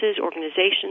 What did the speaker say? organizations